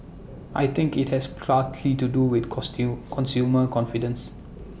I think IT has to do with consumer confidence